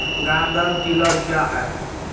Garden tiller क्या हैं?